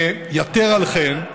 יתר על כן,